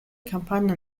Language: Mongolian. компани